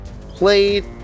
played